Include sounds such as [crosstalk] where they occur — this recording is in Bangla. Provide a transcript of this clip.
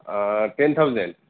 টেন [unintelligible]